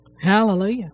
Hallelujah